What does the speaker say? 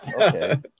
Okay